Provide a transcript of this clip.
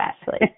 Ashley